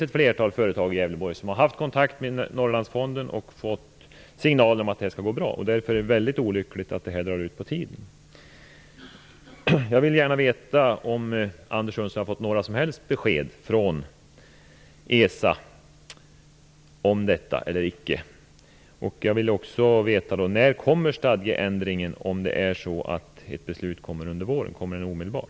Ett flertal företag i Gävleborgs län har haft kontakt med Norrlandsfonden och fått signaler om att det här skall gå bra. Därför är det väldigt olyckligt att detta drar ut på tiden. Jag vill gärna veta om Anders Sundström har fått några som helst besked från ESA om detta eller icke. om nu ett beslut kommer under våren? Kommer stadgeändringen omedelbart?